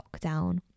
lockdown